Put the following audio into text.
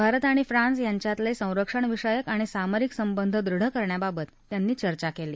भारत आणि फ्रान्स यांच्यातल संरक्षणविषयक आणि सामरिक संबंध दृढ करण्याबाबत त्यांनी चर्चा कली